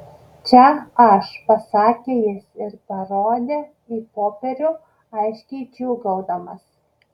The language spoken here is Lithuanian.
čia aš pasakė jis ir parodė į popierių aiškiai džiūgaudamas